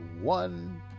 one